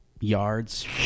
yards